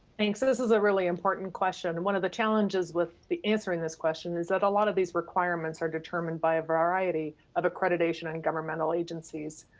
thanks, so this is a really important question and one of the challenges with the answering this question is that a lot of these requirements are determined by a variety of accreditation and governmental agencies.